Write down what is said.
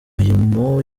mirimo